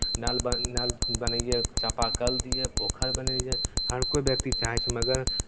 नल बन नल बनैयै चापाकल दियै पोखरि बनैयै हर कोइ व्यक्ति चाहै छै मगर